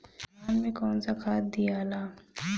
धान मे कौन सा खाद दियाला?